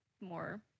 more